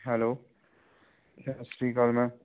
hello ਸਤਿ ਸ਼੍ਰੀ ਅਕਾਲ ਮੈਮ